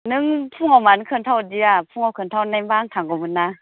नों फुङाव मानो खोन्था हरदिया फुङाव खोन्था हरनायमोनबा आं थांगौमोन्ना